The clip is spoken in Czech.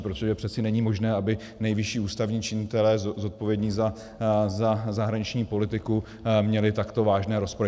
Protože přece není možné, aby nejvyšší ústavní činitelé zodpovědní za zahraniční politiku měli takto vážné rozpory.